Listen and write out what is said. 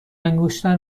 انگشتر